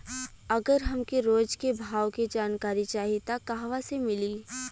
अगर हमके रोज के भाव के जानकारी चाही त कहवा से मिली?